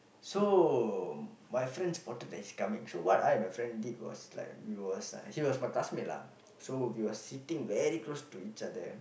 so my friend spotted that he is coming so what I and my friend did was like we was he was my classmate lah so we will sitting very close to each other